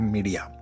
Media